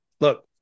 Look